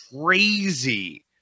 crazy